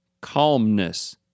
calmness